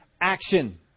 action